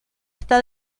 está